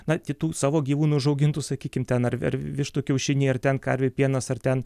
na kitų savo gyvūnų užaugintų sakykim ten ar vištų kiaušiniai ar ten karvių pienas ar ten